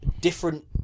different